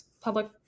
public